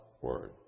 Word